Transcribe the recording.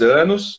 anos